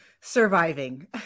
Surviving